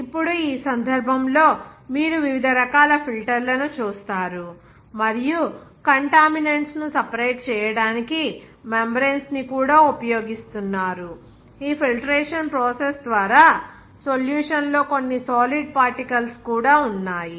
ఇప్పుడు ఈ సందర్భంలో మీరు వివిధ రకాల ఫిల్టర్లను చూస్తారు మరియు కంటామినంట్స్ ను సెపరేట్ చేయడానికి మెంబ్రేన్స్ ను కూడా ఉపయోగిస్తున్నారు ఈ ఫిల్టరేషన్ ప్రాసెస్ ద్వారా సొల్యూషన్ లో కొన్ని సాలిడ్ పార్టికల్స్ కూడా ఉన్నాయి